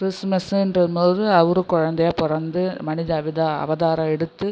கிறிஸ்மஸ்ஸுன்ற போது அவர் குழந்தையா பிறந்து மனித அவித அவதாரம் எடுத்து